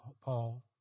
Paul